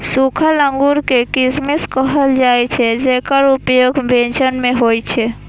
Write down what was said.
सूखल अंगूर कें किशमिश कहल जाइ छै, जेकर उपयोग व्यंजन मे होइ छै